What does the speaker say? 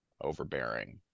overbearing